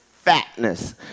fatness